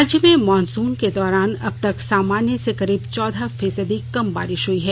राज्य में मॉनसुन के दौरान अब तक सामान्य से करीब चौदह फीसदी कम बारिश हई है